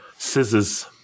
Scissors